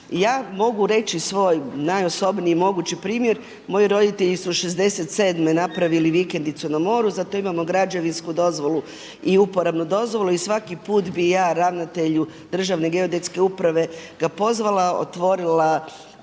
Ja mogu reći svoj najosobniji mogući primjer, moji roditelji su '67. napravili vikendicu na moru, za to imamo građevinsku dozvolu i uporabnu dozvolu i svaki put bi ja ravnatelju Državne geodetske uprave ga pozvala, otvorila